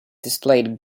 displayed